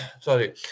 Sorry